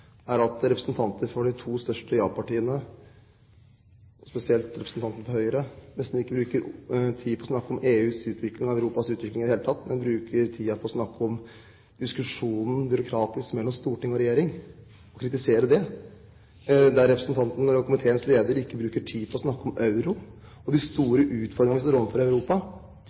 er at representanter for de to største ja-partiene, og spesielt representanten fra Høyre, nesten ikke bruker tid på å snakke om EUs utvikling og Europas utvikling i det hele tatt, men bruker tiden på å kritisere den byråkratiske diskusjonen mellom storting og regjering. Representanten og komiteens leder bruker ikke tid på å snakke om euro og de store utfordringene vi står overfor i Europa.